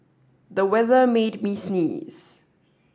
the weather made me sneeze